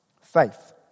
faith